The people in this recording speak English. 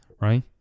right